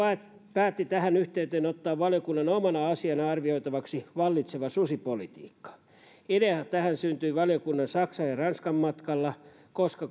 päätti tähän yhteyteen ottaa valiokunnan omana asiana arvioitavaksi vallitsevan susipolitiikan idea tähän syntyi valiokunnan saksan ja ranskan matkalla koska